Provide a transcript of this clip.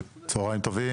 צהריים טובים.